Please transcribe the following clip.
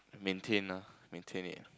maintain ah maintain it